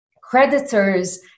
creditors